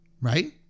right